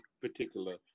particular